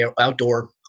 outdoor